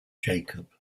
jacob